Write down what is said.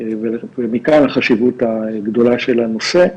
ובעיקר החשיבות הגדולה של הנושא,